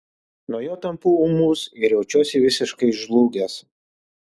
nuo jo tampu ūmus ir jaučiuosi visiškai žlugęs